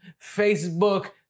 Facebook